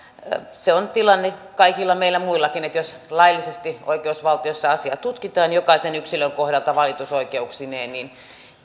se on tilanne kaikilla meillä muillakin että jos laillisesti oikeusvaltiossa asiaa tutkitaan jokaisen yksilön kohdalta valitusoikeuksineen niin